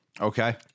Okay